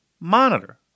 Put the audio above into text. monitor